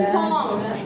songs